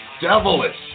Devilish